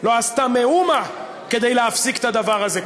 לא עשתה מאומה כדי להפסיק את הדבר הזה.